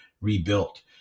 rebuilt